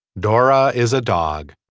dora is a dog.